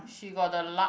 she got the luck